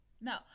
No